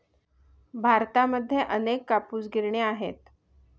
भारतामध्ये अनेक कापूस गिरण्या आहेत